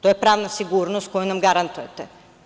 To je pravna sigurnost koju nam garantujete.